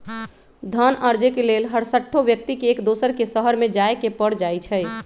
धन अरजे के लेल हरसठ्हो व्यक्ति के एक दोसर के शहरमें जाय के पर जाइ छइ